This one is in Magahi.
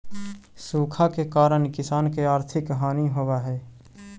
सूखा के कारण किसान के आर्थिक हानि होवऽ हइ